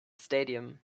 stadium